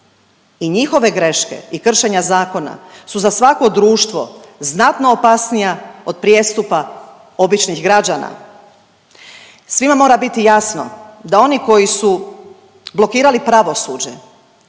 i njihove greške i kršenja zakona su za svako društvo znatno opasnija od prijestupa običnih građana. Svima mora biti jasno da oni koji su blokirali pravosuđe